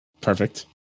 perfect